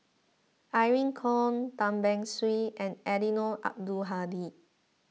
Irene Khong Tan Beng Swee and Eddino Abdul Hadi